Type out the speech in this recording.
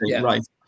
right